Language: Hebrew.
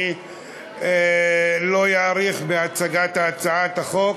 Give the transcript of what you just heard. אני לא אאריך בהצגת הצעת החוק.